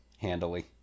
handily